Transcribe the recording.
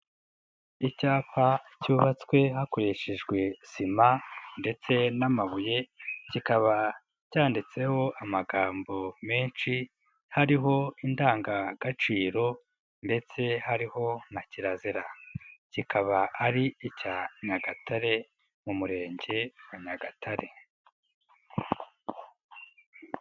Icyapa cyubatswe hakoreshejwe sima ndetse n'amabuye cyikaba cyanditseho amagambo menshi hariho indangagaciro ndetse hariho na kirazira cyikaba ari icya Nyagatare mu murenge wa Nyagatare